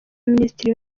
ministre